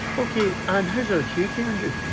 okay, i've heard you're acuting andrew?